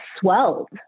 swelled